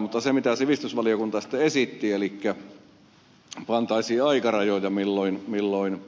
mutta se mitä sivistysvaliokunta sitten esitti elikkä että pantaisiin aikarajoja milloin